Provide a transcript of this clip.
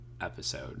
episode